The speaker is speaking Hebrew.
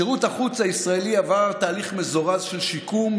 שירות החוץ הישראלי עבר תהליך מזורז של שיקום.